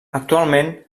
actualment